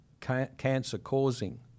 cancer-causing